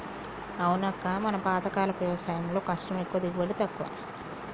అవునక్క మన పాతకాలపు వ్యవసాయంలో కష్టం ఎక్కువ దిగుబడి తక్కువ